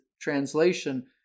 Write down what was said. translation